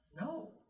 No